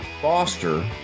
foster